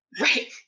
Right